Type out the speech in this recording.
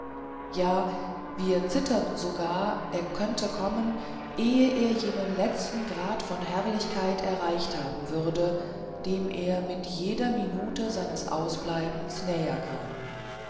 ja wir zitterten sogar er könnte kommen ehe er jenen letzten grad von herrlichkeit erreicht haben würde dem er mit jeder minute seines ausbleibens näher kam